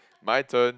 my turn